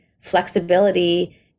flexibility